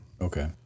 Okay